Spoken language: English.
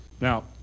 Now